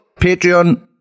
Patreon